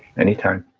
anytime